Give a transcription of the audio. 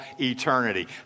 eternity